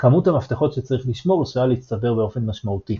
כמות המפתחות שצריך לשמור עשויה להצטבר באופן משמעותי.